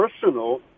personal